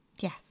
Yes